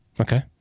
Okay